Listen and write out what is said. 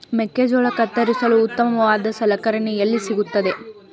ಮೆಕ್ಕೆಜೋಳ ಕತ್ತರಿಸಲು ಉತ್ತಮವಾದ ಸಲಕರಣೆ ಎಲ್ಲಿ ಸಿಗುತ್ತದೆ?